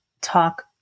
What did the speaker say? talk